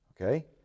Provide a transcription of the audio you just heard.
Okay